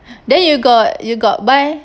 then you got you got buy